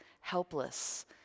helpless